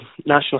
National